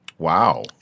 Wow